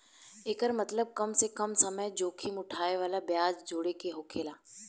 एकर मतबल कम से कम समय जोखिम उठाए वाला ब्याज जोड़े के होकेला